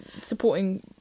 supporting